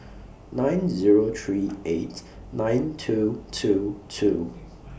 nine Zero three eight nine two two two